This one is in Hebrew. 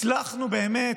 הצלחנו, באמת,